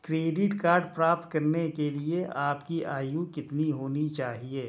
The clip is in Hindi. क्रेडिट कार्ड प्राप्त करने के लिए आपकी आयु कितनी होनी चाहिए?